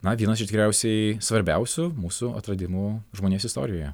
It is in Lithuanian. na vienas iš tikriausiai svarbiausių mūsų atradimų žmonijos istorijoje